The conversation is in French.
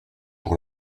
pour